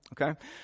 Okay